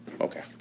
Okay